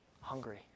hungry